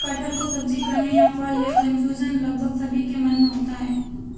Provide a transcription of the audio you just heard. कटहल को सब्जी कहें या फल, यह कन्फ्यूजन लगभग सभी के मन में होता है